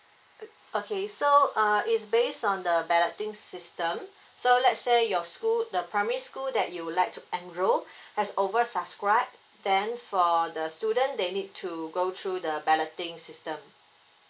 okay so uh it's based on the balloting system so let's say your school the primary school that you would like to enroll has over subscribe then for the student they need to go through the balloting system